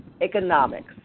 economics